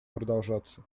продолжаться